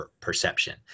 perception